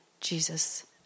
Jesus